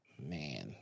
Man